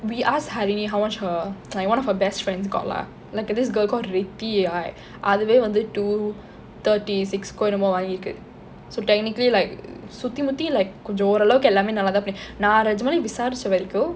we asked harini how much her like one of her best friends got lah like this girl called rethi அதுவே:athuve two thirty six oh என்னமோ வாங்கிருக்கு:ennamo vaangirukku so technically like சுத்தி முத்தி கொஞ்சம் ஓரளவுக்கு எல்லாமே நல்ல தான் பண்ணிருக்கு நான் நெஜமாவே விசாரிச்ச வரைக்கும்:sutthi mutthi konjam oralavukku ellame nalla thaan pannirukku naan nejamave visaaricha varaikkum